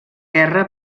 guerra